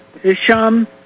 Hisham